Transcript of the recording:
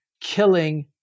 killing